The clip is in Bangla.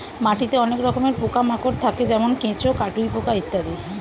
মাটিতে অনেক রকমের পোকা মাকড় থাকে যেমন কেঁচো, কাটুই পোকা ইত্যাদি